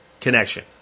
connection